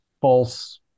false